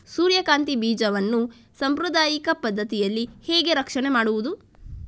ಸೂರ್ಯಕಾಂತಿ ಬೀಜವನ್ನ ಸಾಂಪ್ರದಾಯಿಕ ಪದ್ಧತಿಯಲ್ಲಿ ಹೇಗೆ ರಕ್ಷಣೆ ಮಾಡುವುದು